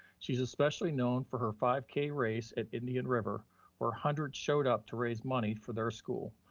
she's especially known for her five k race at indian river where hundreds showed up to raise money for their school.